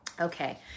Okay